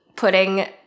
putting